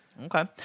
Okay